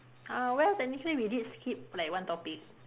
uh well technically we did skip like one topic